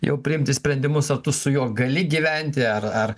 jau priimti sprendimus ar tu su juo gali gyventi ar ar